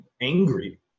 angry